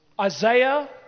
Isaiah